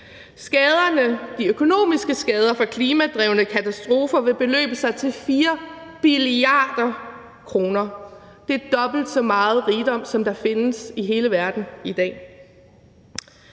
De økonomiske skader for klimadrevne katastrofer vil beløbe sig til 4 billiarder kr. Det er dobbelt så meget rigdom, som der findes i hele verden i dag.